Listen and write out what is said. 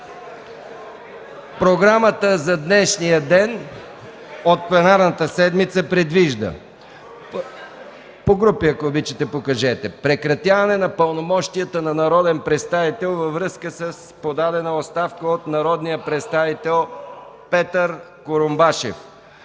програмата за днешния ден от пленарната седмица предвижда: 1. Прекратяване на пълномощията на народен представител, във връзка с подадена оставка от народния представител Петър Курумбашев.